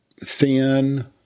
thin